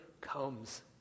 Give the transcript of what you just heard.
comes